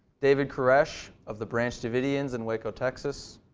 david koresh of the branch davidians in waco, texas